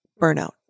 burnout